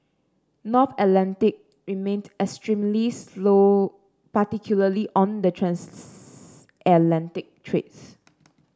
North Atlantic remained extremely slow particularly on the transatlantic trades